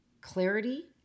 clarity